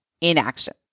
inaction